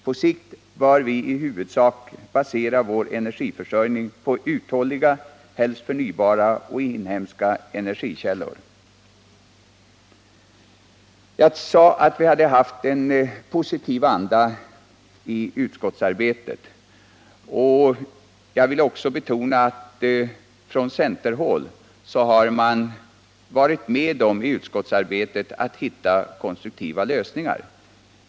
På sikt bör vi i huvudsak basera vår energiförsörjning på uthålliga, helst förnybara och inhemska energikällor. Jag sade att vi hade haft en positiv anda i utskottsarbetet. Jag vill också betona att man från centerhåll i utskottet varit med om att hitta konstruktiva lösningar.